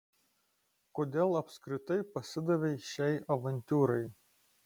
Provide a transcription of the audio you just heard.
kodėl apskritai pasidavei šiai avantiūrai